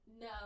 No